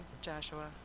Joshua